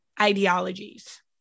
ideologies